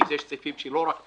כי יש סעיפים שהם לא רק פרסום,